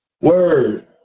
Word